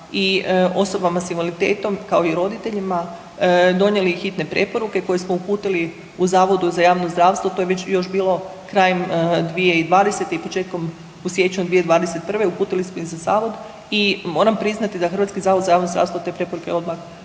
i osobama s invaliditetom kao i roditeljima donijeli hitne preporuke koje smo uputili u Zavodu za javno zdravstvo to je već, još bilo krajem 2020. i početkom, u siječnju 2021. uputili smo iz za zavod i moram priznati da HZJZ te preporuke je odmah